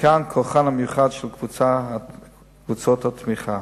ומכאן כוחן המיוחד של קבוצות התמיכה.